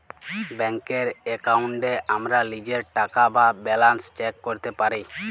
ব্যাংকের এক্কাউন্টে আমরা লীজের টাকা বা ব্যালান্স চ্যাক ক্যরতে পারি